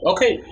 Okay